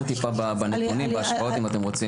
זה לא נכון.